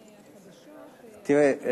תראה,